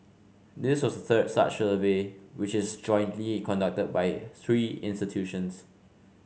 this was third such survey which is jointly conducted by three institutions